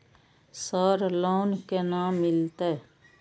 Sir loan केना मिलते?